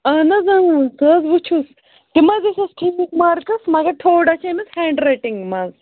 اہن حظ سُہ حظ وُچھُس تِم حظ ٲسس ٹھیٖک مارکس مگر تھوڑا چھ امس ہینٛڈ رایٹِنٛگ مَنٛز